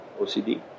OCD